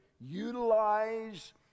utilize